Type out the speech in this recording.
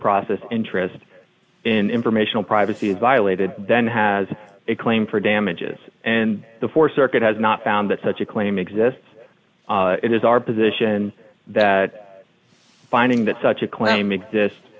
process interest in informational privacy is violated then has a claim for damages and the for circuit has not found that such a claim exists it is our position that finding that such a claim exist